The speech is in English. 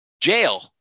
jail